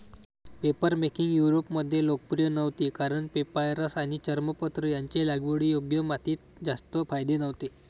papermaking युरोपमध्ये लोकप्रिय नव्हती कारण पेपायरस आणि चर्मपत्र यांचे लागवडीयोग्य मातीत जास्त फायदे नव्हते